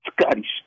Scotty